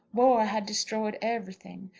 war had destroyed everything.